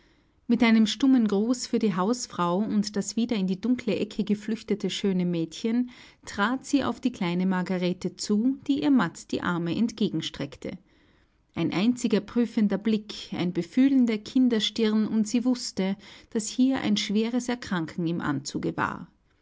mit einem stummen gruß für die hausfrau und das wieder in die dunkle ecke geflüchtete schöne mädchen trat sie auf die kleine margarete zu die ihr matt die arme entgegenstreckte ein einziger prüfender blick ein befühlen der kinderstirn und sie wußte daß hier ein schweres erkranken im anzuge war